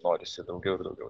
norisi daugiau ir daugiau